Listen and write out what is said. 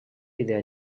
idea